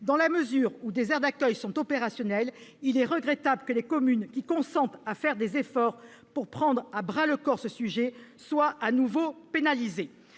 Dans la mesure où des aires d'accueil sont opérationnelles, il est regrettable que les communes qui consentent à faire des efforts pour prendre à bras-le-corps ce sujet soient à nouveau pénalisées.